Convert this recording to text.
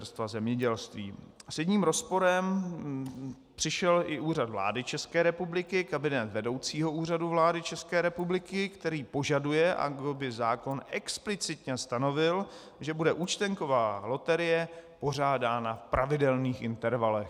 S jedním rozporem přišel i Úřad vlády České republiky, kabinet vedoucího Úřadu vlády České republiky, který požaduje, aby zákon explicitně stanovil, že bude účtenková loterie pořádána v pravidelných intervalech.